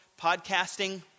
podcasting